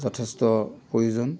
যথেষ্ট প্ৰয়োজন